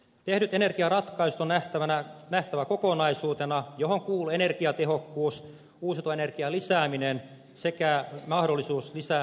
tehdyt energiaratkaisut on nähtävä kokonaisuutena johon kuuluu energiatehokkuus uusiutuvan energian lisääminen sekä mahdollisuus lisäydinvoiman rakentamiseen